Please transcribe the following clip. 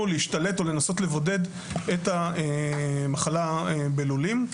להשתלט או לנסות לבודד את המחלה בלולים.